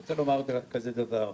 אני רוצה לומר כזה דבר,